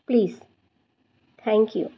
please thank you